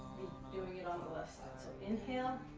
doing it on the left side. so inhale.